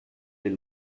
del